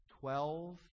Twelve